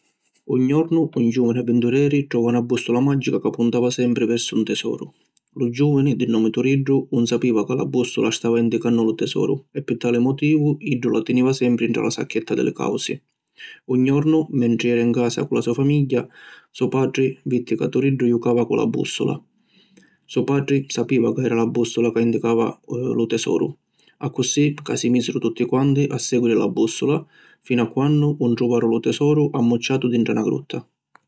Un jornu un giuvini avvintureri trova na bussula magica ca puntava sempri versu un tesoru. Lu giuvini, di nomu Turiddu, 'un sapiva ca la bussula stava indicannu lu tesoru e pi tali motivu iddu la tiniva sempri intra la sacchetta di li causi. Un jornu, mentri era in casa cu la so famigghia, so patri vitti ca Turiddu jucava cu la bussula. So patri sapiva ca era la bussula ca indicava lu tesoru, accussì ca si misiru tutti quanti a seguiri la bussula finu a quannu 'un truvaru lu tesoru ammucciatu dintra na grutta.